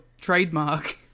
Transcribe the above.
trademark